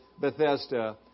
Bethesda